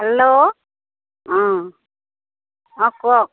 hello um um Coke